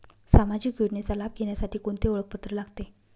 सामाजिक योजनेचा लाभ घेण्यासाठी कोणते ओळखपत्र लागते?